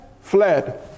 fled